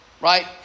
right